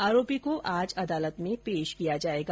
आरोपी को आज अदालत में पेश किया जायेगा